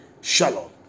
Shalom